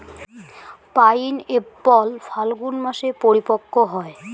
pineapple ফাল্গুন মাসে পরিপক্ব হয়